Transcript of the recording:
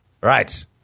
Right